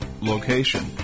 location